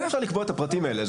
אפשר לקבוע את הפרטים האלה.